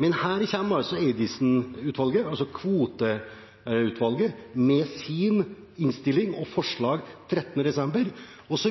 Men her kommer altså Eidesen-utvalget, kvoteutvalget, med sin innstilling og sitt forslag 13. desember, og så